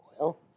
oil